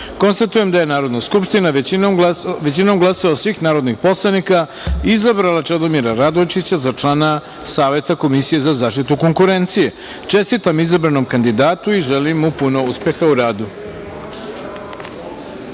poslanika. Konstatujem da je Narodna skupština većinom glasova svih narodnih poslanika izabrala Čedomira Radojčića za člana Saveta Komisije za zaštitu konkurencije. Čestitam izabranom kandidatu i želim mu puno uspeha u